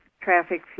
traffic